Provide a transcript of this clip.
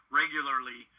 regularly